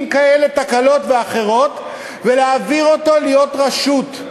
עם תקלות כאלה ואחרות, ולהעביר אותו להיות רשות,